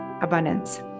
abundance